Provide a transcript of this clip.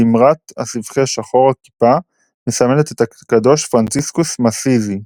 זימרת הסבכי שחור הכיפה מסמלת את הקדוש פרנציסקוס מאסיזי.